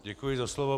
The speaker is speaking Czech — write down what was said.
Děkuji za slovo.